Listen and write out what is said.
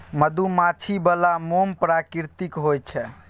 मधुमाछी बला मोम प्राकृतिक होए छै